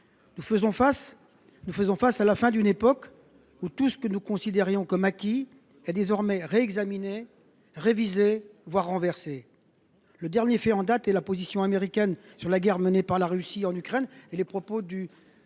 Nous faisons face à la fin d’une époque où tout ce que nous considérions comme acquis est désormais réexaminé, révisé, voire renversé. Le dernier fait en date est la position américaine sur la guerre menée par la Russie en Ukraine, le président